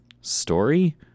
story